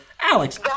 Alex